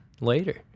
later